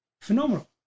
phenomenal